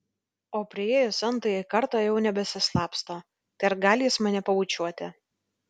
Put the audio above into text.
o priėjus n tąjį kartą jau nebesislapsto tai ar gali jis mane pabučiuoti